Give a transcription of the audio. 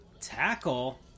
Tackle